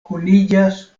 kuniĝas